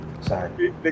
Sorry